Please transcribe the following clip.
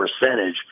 percentage